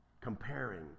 comparing